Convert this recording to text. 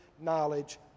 knowledge